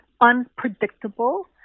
unpredictable